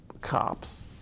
cops